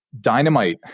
dynamite